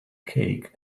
cake